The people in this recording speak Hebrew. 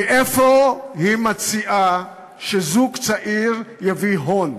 מאיפה היא מציעה שזוג צעיר יביא הון?